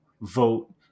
vote